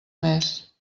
més